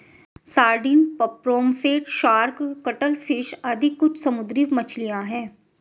sardine, pomfret, shark, cuttlefish आदि कुछ समुद्री मछलियाँ हैं